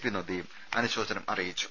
P നദ്ദയും അനുശോചനം അറിയിച്ചു